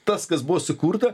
tas kas buvo sukurta